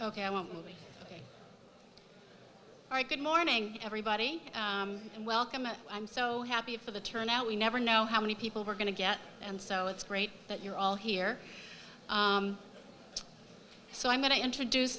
ok i won't write good morning everybody and welcome i'm so happy for the turnout we never know how many people we're going to get and so it's great that you're all here so i'm going to introduce